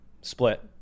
Split